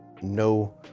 no